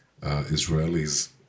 Israelis